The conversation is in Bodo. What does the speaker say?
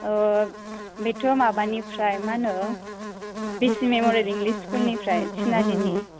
औ बेथ' माबानिफ्राय मा होननो बिसि मेम'रियेल इंगलिस स्किुल निफ्राय तिनालिनि